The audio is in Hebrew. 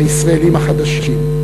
הישראלים החדשים.